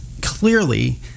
clearly